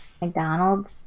McDonald's